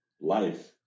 life